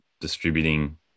distributing